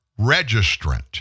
Registrant